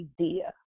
idea